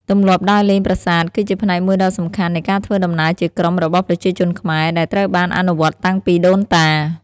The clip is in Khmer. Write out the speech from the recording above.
ទម្លាប់ដើរលេងប្រាសាទគឺជាផ្នែកមួយដ៏សំខាន់នៃការធ្វើដំណើរជាក្រុមរបស់ប្រជាជនខ្មែរ ដែលត្រូវបានអនុវត្តតាំងពីដូនតា។